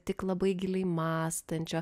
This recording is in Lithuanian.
tik labai giliai mąstančio